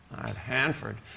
at hanford.